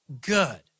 good